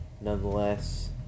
nonetheless